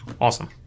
Awesome